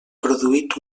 produït